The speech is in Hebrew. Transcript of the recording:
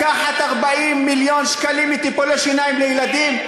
לקחת 40 מיליון שקלים מטיפולי שיניים לילדים.